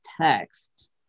text